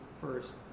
first